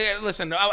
listen